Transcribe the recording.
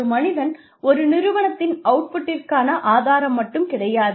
ஒரு மனிதன் ஒரு நிறுவனத்தின் அவுட்புட்டிற்கான ஆதாரம் மட்டும் கிடையாது